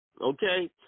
okay